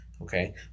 Okay